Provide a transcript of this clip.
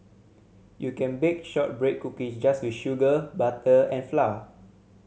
you can bake shortbread cookies just with sugar butter and flour